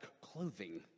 clothing